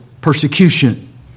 persecution